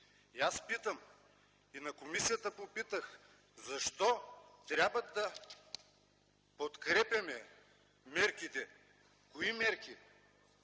заседанието на комисията попитах: защо трябва да подкрепяме мерките? Кои мерки?